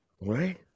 Right